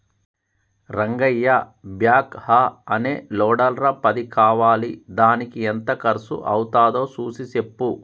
Rangayya backhoe అనే లోడర్ల పది కావాలిదానికి ఎంత కర్సు అవ్వుతాదో సూసి సెప్పు